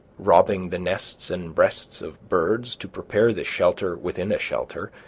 robbing the nests and breasts of birds to prepare this shelter within a shelter,